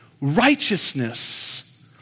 righteousness